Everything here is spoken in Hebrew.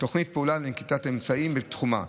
"תוכנית פעולה לנקיטת אמצעים בתחומה",